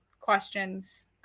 questions